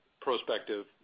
prospective